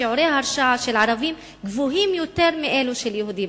שיעורי ההרשעה של ערבים גבוהים יותר מאלו של יהודים.